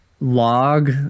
log